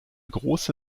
große